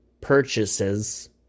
purchases